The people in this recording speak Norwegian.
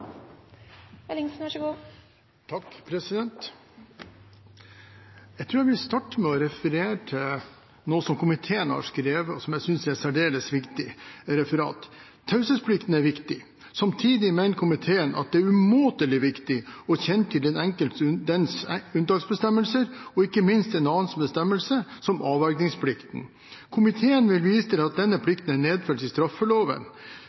Jeg tror jeg vil starte med å referere noe som komiteen har skrevet i innstillingen, og som jeg synes er særdeles viktig: «Taushetsplikten er viktig. Samtidig mener komiteen at det er umåtelig viktig å kjenne til dens unntaksbestemmelser og ikke minst en annen bestemmelse som avvergingsplikten. Komiteen vil vise til at denne plikten er nedfelt i straffeloven.